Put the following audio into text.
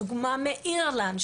דוגמה מאירלנד,